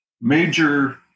major